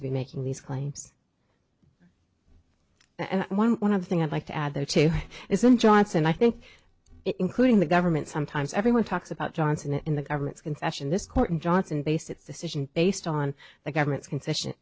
to be making these claims and one of the thing i'd like to add there too isn't johnson i think it including the government sometimes everyone talks about johnson in the government's concession this court and johnson base its decision based on the government's con